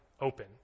open